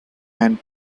and